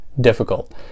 difficult